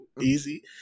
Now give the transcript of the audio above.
easy